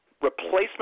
replacement